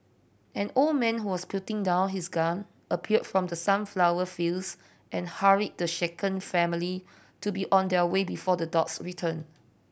an old man who was putting down his gun appeared from the sunflower fields and hurried the shaken family to be on their way before the dogs return